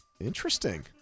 Interesting